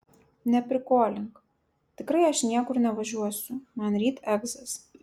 neprikolink tikrai aš niekur nevažiuosiu man ryt egzas